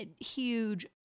huge